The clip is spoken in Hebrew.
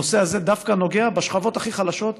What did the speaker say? הנושא הזה דווקא נוגע בשכבות הכי חלשות,